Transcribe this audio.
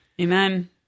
Amen